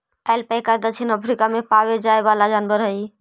alpaca दक्षिण Africa में पावे जाए वाला जनावर हई